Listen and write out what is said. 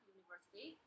University